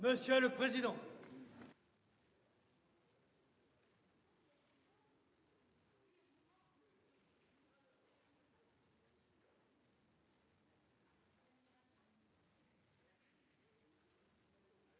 monsieur le président.